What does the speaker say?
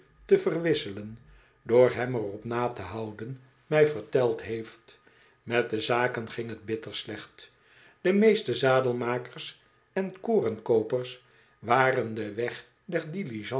te verwisselen door hem er op na te houden mij verteld heeft met de zaken ging het bitter slecht de meeste zadelmakers en korenkoopers waren den weg